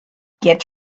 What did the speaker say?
get